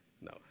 No